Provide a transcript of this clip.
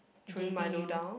dating you